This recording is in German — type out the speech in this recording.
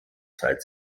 zeit